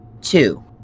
Two